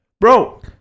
Bro